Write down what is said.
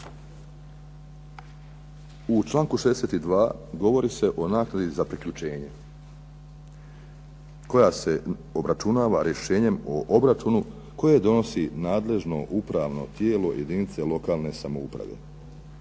U članku 62. govori se o naknadi za priključenje koja se obračunava rješenjem o obračunu koje donosi nadležno upravno tijelo jedinice lokalne samouprave.